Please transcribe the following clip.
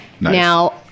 Now